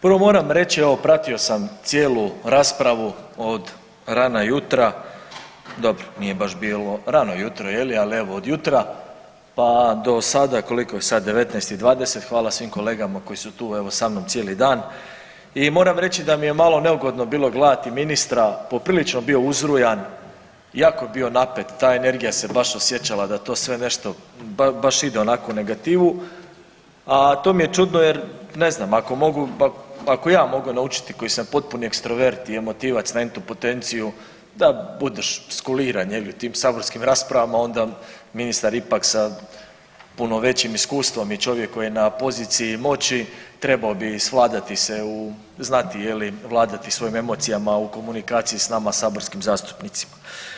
Prvo moram reći evo pratio sam cijelu raspravu od rana jutra, dobro nije baš bilo rano jutro je li, ali evo do jutra pa do sada, koliko je sada 19,20 hvala svim kolegama koji su tu evo sa mnom cijeli dan i moram reći da mi je malo neugodno bilo gledati ministra poprilično je bio uzrujan, jako je bio napet ta energija se baš osjećala da to sve nešto baš ide onako u negativu, a to mi je čudno jer ne znam jer ako ja mogu naučiti koji su potpuni ekstrovert i emotivac na entu potenciju da budeš skuliran u tim saborskim raspravama onda ministar ipak sa puno većim iskustvom i čovjek koji je na poziciji moći trebao bi svladati se u znati je li vladati svojim emocijama u komunikaciji s nama saborskim zastupnicima.